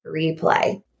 replay